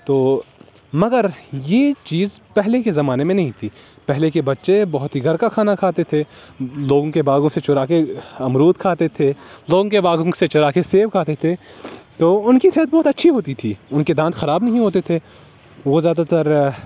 تو مگر یہ چیز پہلے کے زمانے میں نہیں تھی پہلے کے بچے بہت ہی گھر کا کھانا کھاتے تھے لوگوں کے باغوں سے چرا کے امرود کھاتے تھے لوگوں کے باغوں سے چرا کے سیب کھاتے تھے تو ان کی صحت بہت اچھی ہوتی تھی ان کے دانت خراب نہیں ہوتے تھے وہ زیادہ تر